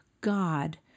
God